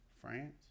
France